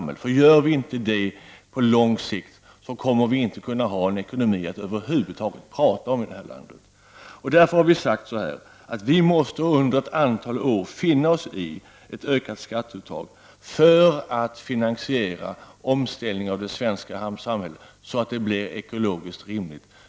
Gör vi inte det på lång sikt, kommer vi över huvud taget inte att ha kvar en ekonomi att tala om i vårt land. Vi i miljöpartiet har därför sagt att medborgarna under ett antal år måste finna sig i ett ökat skatteuttag för att finansiera en sådan omställning av det svenska samhället att det blir ekologiskt rimligt.